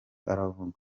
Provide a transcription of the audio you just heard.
aravuga